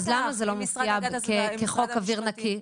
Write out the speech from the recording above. אז למה זה לא מופיע כחוק אוויר נקי?